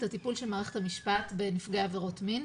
הטיפול של מערכת המשפט בנפגעי עבירות מין.